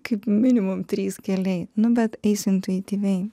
kaip minimum trys keliai nu bet eisiu intuityviai